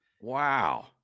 Wow